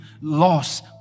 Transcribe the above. loss